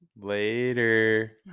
Later